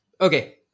Okay